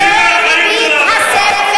צאי מהחיים